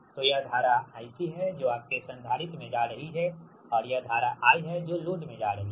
तो यह धारा IC है जो आपके संधारित्र में जा रही है और यह धारा I है जो लोड में जा रही है